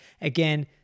Again